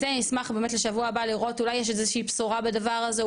את זה אני אשמח באמת לשבוע הבא לראות אולי יש איזושהי בשורה בדבר הזה,